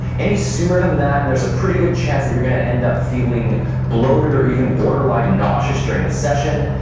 any sooner than that, and there's a pretty good chance that you're going to end up feeling bloated or even borderline nauseous during the session,